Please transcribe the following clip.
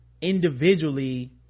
individually